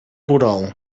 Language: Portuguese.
rural